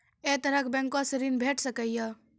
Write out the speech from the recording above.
ऐ तरहक बैंकोसऽ ॠण भेट सकै ये?